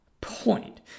point